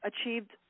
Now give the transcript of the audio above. achieved